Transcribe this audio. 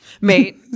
mate